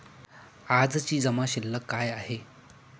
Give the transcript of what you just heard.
आजची जमा शिल्लक काय आहे?